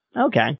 okay